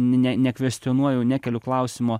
ne nekvestionuoju nekeliu klausimo